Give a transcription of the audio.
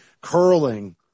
curling